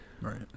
right